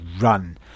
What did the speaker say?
Run